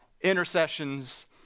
intercessions